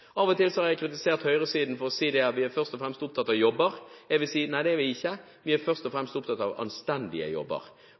Av og til har jeg kritisert høyresiden for å si at de først og fremst er opptatt av jobber. Det er ikke vi. Vi er først og fremst opptatt av anstendige jobber. Det å ha anstendige jobber, det å ha et arbeidsforhold og